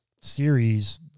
series